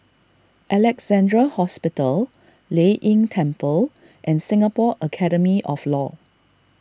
Alexandra Hospital Lei Yin Temple and Singapore Academy of Law